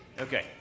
okay